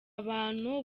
abantu